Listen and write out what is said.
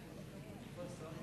אדוני היושב-ראש,